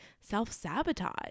self-sabotage